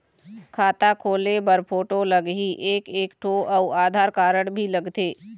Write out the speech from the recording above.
खाता खोले बर फोटो लगही एक एक ठो अउ आधार कारड भी लगथे?